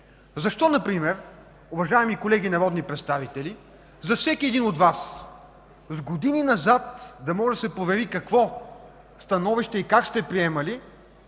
Защо например, уважаеми колеги народни представители, за всеки един от Вас с години назад да може да се провери какво становище и как сте приемали,